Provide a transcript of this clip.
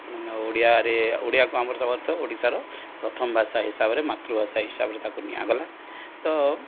ଓଡ଼ିଆରେ ଓଡ଼ିଆକୁ ଆମର ତା' ଅର୍ଥ ଓଡ଼ିଶାର ପ୍ରଥମ ଭାଷା ହିସାବରେ ମାତୃଭାଷା ହିସାବରେ ତାକୁ ନିଆଗଲା ତ